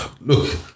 look